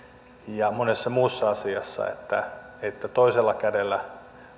ja monessa muussa asiassa että että toisella kädellä